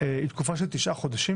היא תקופה של תשעה חודשים